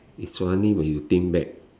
it's funny when you think back